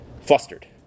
flustered